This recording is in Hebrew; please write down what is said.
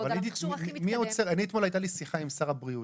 על המכשור הכי מתקדם אתמול הייתה לי שיחה עם שר הבריאות,